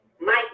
Mike